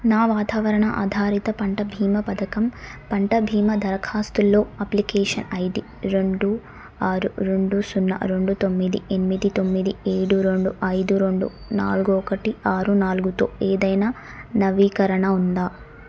నా వాతావరణ అధారిత పంట భీమా పథకం పంట భీమా దరఖాస్తులో అప్లికేషన్ ఐడీ రెండు ఆరు రెండు సున్నా రెండు తొమ్మిది ఎనిమిది తొమ్మిది ఏడు రెండు ఐదు రెండు నాలుగు ఒకటి ఆరు నాలుగుతో ఏదైనా నవీకరణ ఉందా